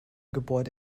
gebäude